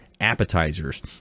appetizers